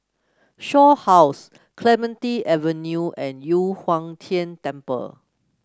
Shaw House Clementi Avenue and Yu Huang Tian Temple